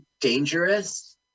dangerous